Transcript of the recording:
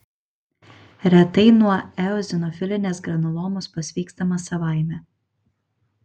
retai nuo eozinofilinės granulomos pasveikstama savaime